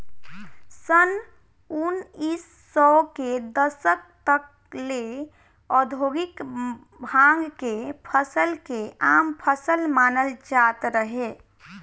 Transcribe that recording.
सन उनऽइस सौ के दशक तक ले औधोगिक भांग के फसल के आम फसल मानल जात रहे